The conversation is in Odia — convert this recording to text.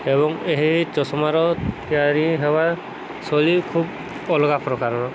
ଏବଂ ଏହି ଚଷମାର ତିଆରି ହେବା ଶୈଳୀ ଖୁବ୍ ଅଲଗା ପ୍ରକାର